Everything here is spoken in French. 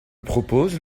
propose